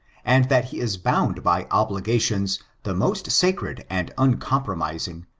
and that he is bound by obligations the most sacred and uncom promising,